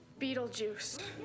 Beetlejuice